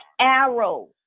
Arrows